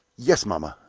yes, mamma.